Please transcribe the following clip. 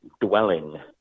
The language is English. dwelling